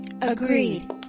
Agreed